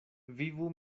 vivu